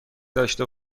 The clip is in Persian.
داشته